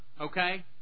Okay